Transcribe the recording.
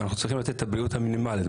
אנחנו צריכים לתת את הבריאות המינימלית.